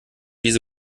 diese